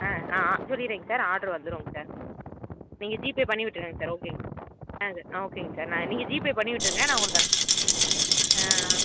ஆ ஆ ஆ சொல்லிடுறேங்க சார் ஆட்ரு வந்துடுங்க சார் நீங்கள் ஜீபே பண்ணிவிட்டுருங்க சார் ஓகேங்க சார் ஓகேங்க சார் நான் நீங்கள் ஜீபே பண்ணிவிட்டுருங்க நான் உங்களுக்கு அனுப்பி ஆ